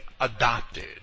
adopted